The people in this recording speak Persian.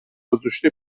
گذاشته